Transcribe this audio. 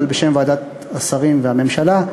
אבל בשם ועדת השרים והממשלה,